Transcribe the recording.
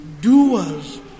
doers